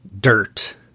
dirt